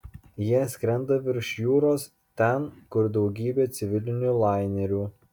jie skrenda virš jūros ten kur daugybė civilinių lainerių